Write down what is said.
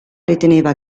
riteneva